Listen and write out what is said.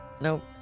Nope